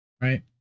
Right